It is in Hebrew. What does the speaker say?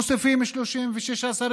מוסיפים 36 שרים.